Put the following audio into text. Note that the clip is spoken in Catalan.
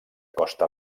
costa